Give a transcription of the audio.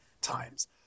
times